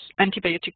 antibiotic